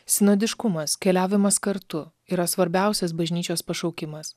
sinodiškumas keliavimas kartu yra svarbiausias bažnyčios pašaukimas